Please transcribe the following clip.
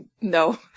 No